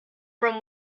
from